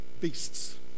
beasts